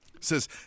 says